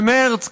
במרס,